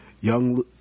young